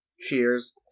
Cheers